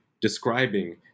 describing